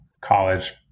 college